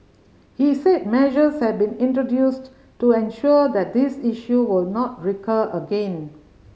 he said measures have been introduced to ensure that this issue will not recur again